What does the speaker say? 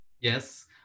Yes